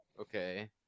Okay